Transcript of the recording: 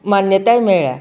मान्यताय मेळ्ळ्या